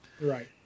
Right